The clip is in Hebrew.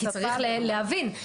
כי צריך להבין.